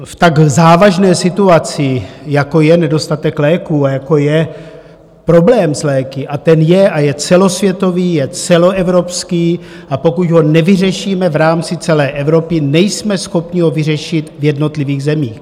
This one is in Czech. V tak závažné situaci, jako je nedostatek léků a jako je problém s léky a ten je a je celosvětový, je celoevropský a pokud ho nevyřešíme v rámci celé Evropy, nejsme schopni ho vyřešit v jednotlivých zemích.